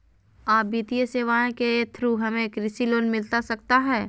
आ वित्तीय सेवाएं के थ्रू हमें कृषि लोन मिलता सकता है?